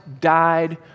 died